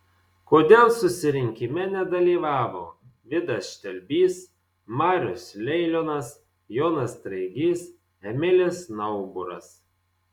kodėl susirinkime nedalyvavo vidas štelbys marius leilionas jonas straigys emilis nauburas